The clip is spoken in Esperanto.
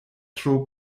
tro